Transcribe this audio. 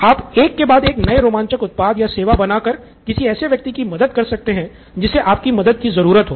आप एक के बाद एक नए रोमांचक उत्पाद या सेवा बना कर किसी ऐसे व्यक्ति की मदद कर सकते हैं जिसे आपकी मदद की ज़रूरत हो